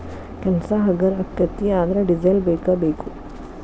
ಕೆಲಸಾ ಹಗರ ಅಕ್ಕತಿ ಆದರ ಡಿಸೆಲ್ ಬೇಕ ಬೇಕು